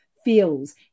feels